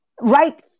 Right